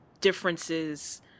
differences